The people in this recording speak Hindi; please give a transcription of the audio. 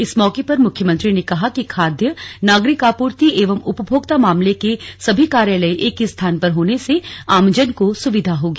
इस मौके पर मुख्यमंत्री ने कहा कि खाद्य नागरिक आपूर्ति एवं उपभोक्ता मामले के सभी कार्यालय एक ही स्थान पर होने से आमजन को सुविधा होगी